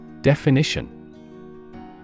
Definition